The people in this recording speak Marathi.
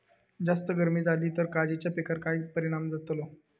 जास्त गर्मी जाली तर काजीच्या पीकार काय परिणाम जतालो?